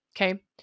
Okay